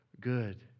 good